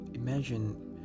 Imagine